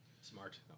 Smart